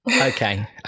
Okay